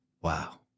Wow